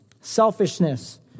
Selfishness